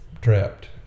trapped